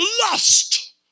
Lust